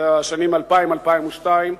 בשנים 2000 2002,